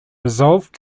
resolved